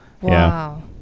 Wow